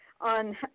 on